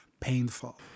painful